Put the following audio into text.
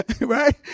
Right